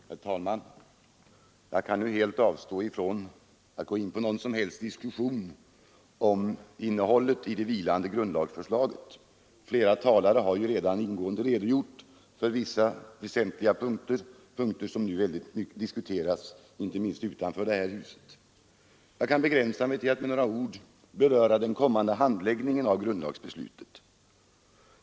Herr talman! Jag kan nu avstå från att gå in på någon som helst diskussion om det vilande grundlagsförslaget. Flera talare har ju redan ingående redogjort för vissa väsentliga punkter — punkter som nu mycket diskuteras inte minst utanför det här huset. Jag begränsar mig till att endast med några få ord beröra den kommande handläggningen av grundlagsbeslutet.